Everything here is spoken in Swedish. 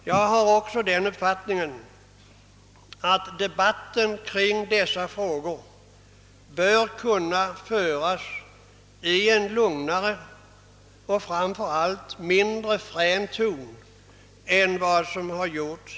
Jag har också den uppfattningen, att debatten om dessa frågor bör kunna föras i en lugnare och framför allt mindre frän ton än hittills.